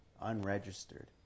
unregistered